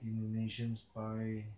indonesian spy